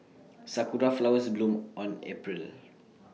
Sakura Flowers bloom on April